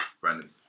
Brandon